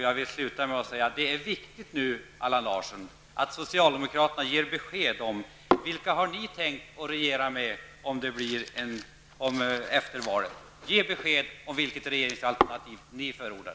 Jag vill avsluta med att säga att det nu är viktigt, Allan Larsson, att socialdemokraterna ger besked om vilka de har tänkt att regera tillsammans med efter valet. Ge besked om vilket regeringsalternativ ni förordar!